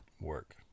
work